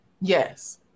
Yes